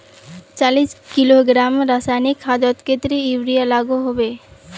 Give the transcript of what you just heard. चालीस किलोग्राम रासायनिक खादोत कतेरी यूरिया लागोहो होबे?